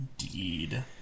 Indeed